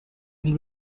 been